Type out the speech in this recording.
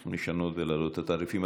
צריכים לשנות ולהעלות את התעריפים.